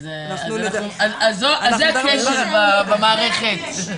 אז זה הכשל במערכת.